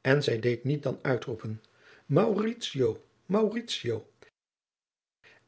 en zij deed niet dan uitroepen mauritio mauriadriaan loosjes